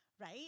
Right